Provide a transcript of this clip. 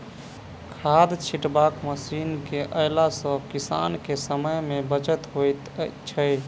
खाद छिटबाक मशीन के अयला सॅ किसान के समय मे बचत होइत छै